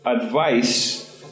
advice